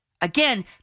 Again